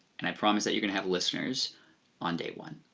and i promise that you're gonna have listeners on day one.